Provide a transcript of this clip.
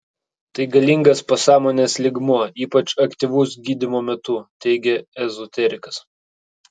tai galingas pasąmonės lygmuo ypač aktyvus gydymo metu teigia ezoterikas